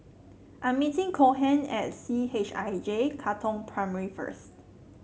I'm meeting Cohen at C H I J Katong Primary first